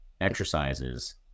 exercises